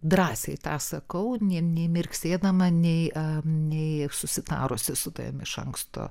drąsiai tą sakau nė nemirksėdama nei am nei susitarusi su tavimi iš anksto